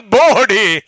body